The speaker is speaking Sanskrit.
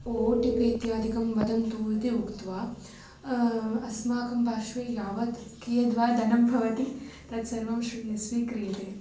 ओ ओ टि पि इत्यादिकं वदन्तु इति उक्त्वा अस्माकं पार्श्वे यावत् कियद्वा धनं भवति तत् सर्वं श्रू स्वीक्रियते